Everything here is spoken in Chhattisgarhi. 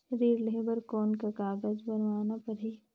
ऋण लेहे बर कौन का कागज बनवाना परही?